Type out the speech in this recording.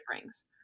rings